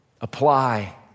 apply